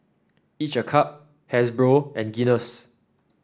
each a cup Hasbro and Guinness